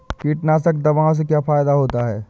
कीटनाशक दवाओं से क्या फायदा होता है?